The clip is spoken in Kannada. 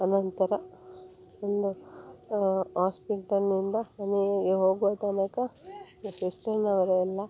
ಆನಂತರ ಇನ್ನು ಆಸ್ಪಿಟಲ್ಲಿನಿಂದ ಮನೆಗೆ ಹೋಗುವ ತನಕ ಈ ಸಿಸ್ಟರವ್ರೆಲ್ಲಾ